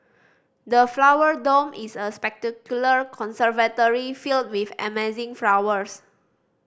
the Flower Dome is a spectacular conservatory filled with amazing flowers